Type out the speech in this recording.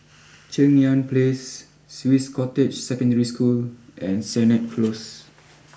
Cheng Yan place Swiss Cottage Secondary School and Sennett close